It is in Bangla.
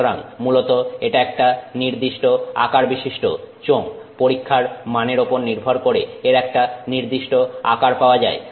সুতরাং মূলত এটা একটা নির্দিষ্ট আকারবিশিষ্ট চোঙ পরীক্ষার মানের উপর নির্ভর করে এর একটা নির্দিষ্ট আকার পাওয়া যায়